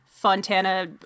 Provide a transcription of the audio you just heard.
Fontana